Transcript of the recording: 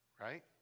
right